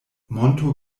monto